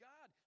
God